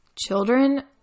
children